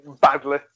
badly